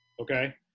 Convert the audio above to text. Okay